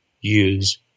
use